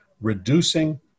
reducing